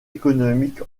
économique